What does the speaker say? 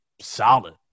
solid